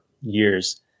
years